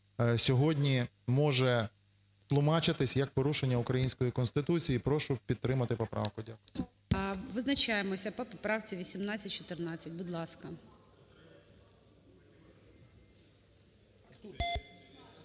сьогодні може тлумачитись як порушення української Конституції. І прошу підтримати поправку. Дякую. ГОЛОВУЮЧИЙ. Визначаємося по поправці 1814, будь ласка.